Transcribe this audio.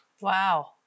Wow